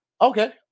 Okay